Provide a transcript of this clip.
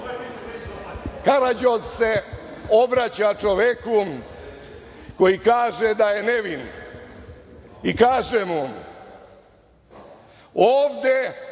Karađoz se obraća čoveku koji kaže da je nevin i kaže mu – ovde